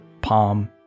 palm